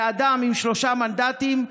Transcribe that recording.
לאדם עם שלושה מנדטים,